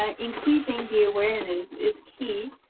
um increasing the awareness is key.